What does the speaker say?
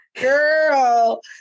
Girl